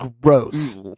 gross